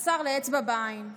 השר לאצבע בעין.